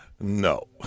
No